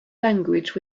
language